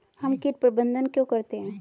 हम कीट प्रबंधन क्यों करते हैं?